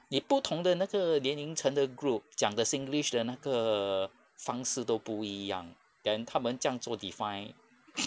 你不同的那个年龄层的 group 讲的 singlish 的那个方式都不一样 then 他们这样就 define